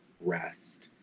rest